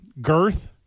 girth